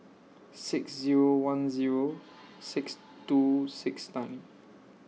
six Zero one Zero six two six nine